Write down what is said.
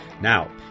Now